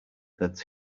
that